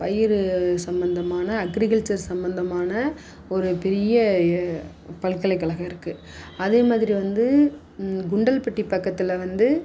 பயிர் சம்மந்தமான அக்ரிகல்ச்சர் சம்மந்தமான ஒரு பெரிய பல்கலைக்கழகம் இருக்குது அதே மாதிரி வந்து குண்டல் பட்டி பக்கத்தில் வந்து